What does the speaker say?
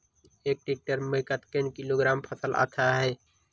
एक टेक्टर में कतेक किलोग्राम फसल आता है?